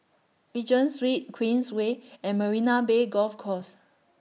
Regent Street Queensway and Marina Bay Golf Course